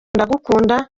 ndagukunda